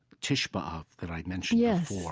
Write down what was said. tishah b'av, that i mentioned yeah